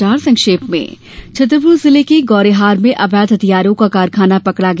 समाचार संक्षेप में छतरपूर जिले के गौरिहार में अवैध हथियारों का कारखाना पकड़ा गया